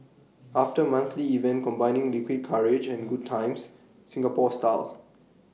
after monthly event combining liquid courage and good times Singapore style